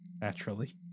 naturally